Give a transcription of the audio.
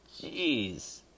Jeez